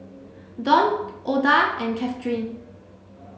Dawn Ouida and Cathryn